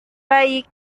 baik